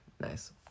Nice